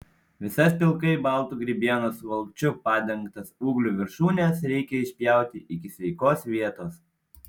visas pilkai baltu grybienos valkčiu padengtas ūglių viršūnes reikia išpjauti iki sveikos vietos